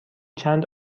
چند